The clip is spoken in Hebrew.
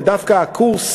ודווקא הקורס